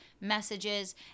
messages